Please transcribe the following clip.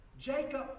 Jacob